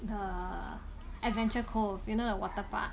the adventure cove you know the waterpark